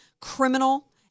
criminal